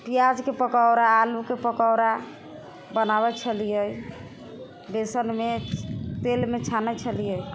पिआजके पकौड़ा आलूके पकौड़ा बनाबै छलिए बेसनमे तेलमे छानै छलिए